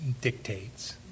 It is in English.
dictates